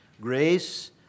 grace